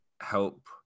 help